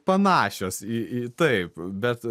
panašios į į taip bet